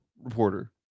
reporter